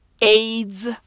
AIDS